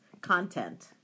content